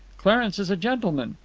clarence is a gentleman.